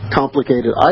complicated